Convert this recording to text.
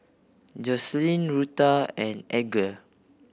Joslyn Rutha and Edgar